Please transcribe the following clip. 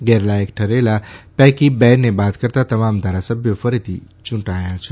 ગેરલાયક ઠરેલા પૈકી બે ને બાદ કરતાં તમામ ધારાસભ્યો ફરીથી ચૂંટાયા છે